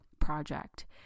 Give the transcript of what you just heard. project